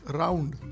round